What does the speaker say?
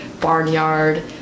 Barnyard